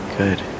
good